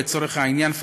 לצורך העניין,